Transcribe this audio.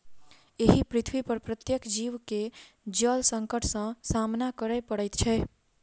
एहि पृथ्वीपर प्रत्येक जीव के जल संकट सॅ सामना करय पड़ैत छै